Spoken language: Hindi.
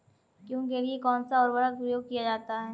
गेहूँ के लिए कौनसा उर्वरक प्रयोग किया जाता है?